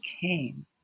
came